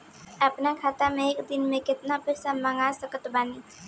अपना खाता मे एक दिन मे केतना पईसा मँगवा सकत बानी?